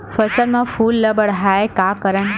फसल म फूल ल बढ़ाय का करन?